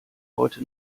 heute